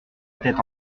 tête